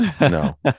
No